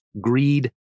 greed